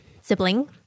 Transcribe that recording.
sibling